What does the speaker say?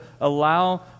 allow